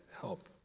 help